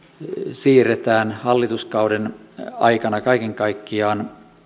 siirretään hallituskauden aikana kaiken kaikkiaan